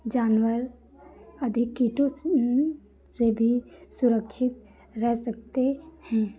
जानवर अधिक कीटों से भी सुरक्षित रह सकते हैं